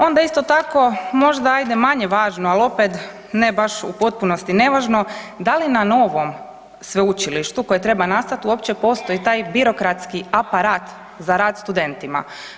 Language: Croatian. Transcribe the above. Onda isto tako možda ajde manje važno ali opet ne baš u potpunosti nevažno, da li na novom sveučilištu koje treba nastati, uopće postoji taj birokratski aparat za rad studentima.